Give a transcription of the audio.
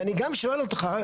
ואני גם שואלת אותך,